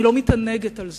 אני לא מתענגת על זה.